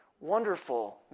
wonderful